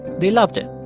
they loved it,